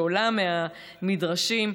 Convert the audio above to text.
שעולה מהמדרשים,